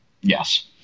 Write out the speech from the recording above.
Yes